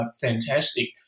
fantastic